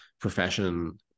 profession